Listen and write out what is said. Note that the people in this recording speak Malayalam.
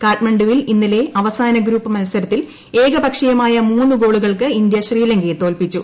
കാഠ്മണ്ഡുവിൽ ഇന്നലെ അവസാന ഗ്രൂപ്പ് മത്സരത്തിൽ ഏകപക്ഷീയമായ മൂന്ന് ഗോളുകൾക്ക് ഇന്ത്യ ശ്രീലങ്കയെ തോൽപ്പിച്ചു